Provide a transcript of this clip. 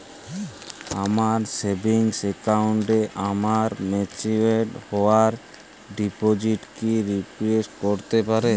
আমার সেভিংস অ্যাকাউন্টে আমার ম্যাচিওর হওয়া ডিপোজিট কি রিফ্লেক্ট করতে পারে?